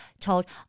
told